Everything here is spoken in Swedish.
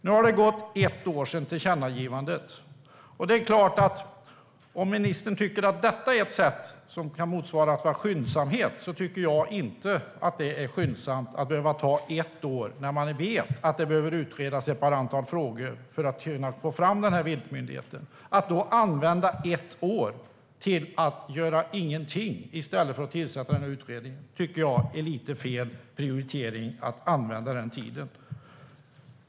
Nu har det gått ett år sedan tillkännagivandet. Ministern tycker kanske att detta kan kallas skyndsamhet. Jag tycker inte att det är skyndsamt, med tanke på att man vet att ett antal frågor behöver utredas för att man ska kunna få fram den här viltmyndigheten. Att då använda ett år till att göra ingenting i stället för att tillsätta den här utredningen tycker jag är fel prioritering.